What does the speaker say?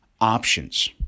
options